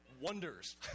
Wonders